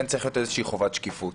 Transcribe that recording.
כן צריך לתת איזושהי חובת שקיפות.